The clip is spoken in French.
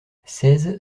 seize